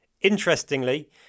Interestingly